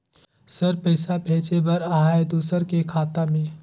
Sir पइसा भेजे बर आहाय दुसर के खाता मे?